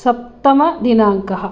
सप्तमदिनाङ्कः